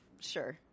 Sure